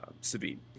sabine